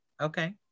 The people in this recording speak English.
Okay